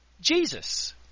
Jesus